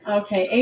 okay